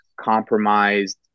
compromised